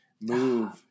move